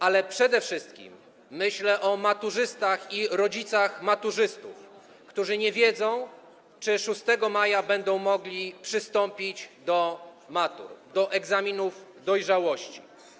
Ale przede wszystkim myślę o maturzystach i rodzicach maturzystów, którzy nie wiedzą, czy 6 maja będzie możliwe przystąpienie do matury, do egzaminu dojrzałości.